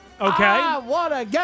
Okay